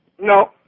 No